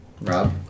Rob